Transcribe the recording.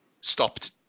stopped